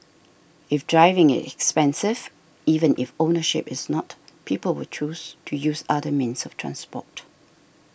if driving is expensive even if ownership is not people will choose to use other means of transport